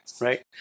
right